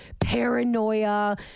paranoia